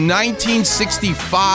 1965